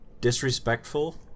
disrespectful